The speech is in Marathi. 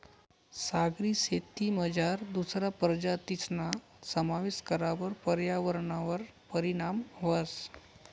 सागरी शेतीमझार दुसरा प्रजातीसना समावेश करावर पर्यावरणवर परीणाम व्हस